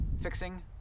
fixing